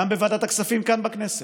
גם בוועדת הכספים כאן בכנסת,